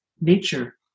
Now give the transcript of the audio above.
nature